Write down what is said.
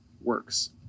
works